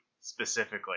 specifically